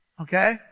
Okay